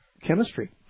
chemistry